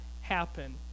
happen